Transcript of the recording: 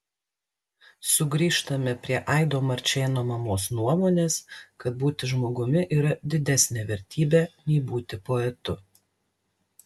sugrįžtame prie aido marčėno mamos nuomonės kad būti žmogumi yra didesnė vertybė nei būti poetu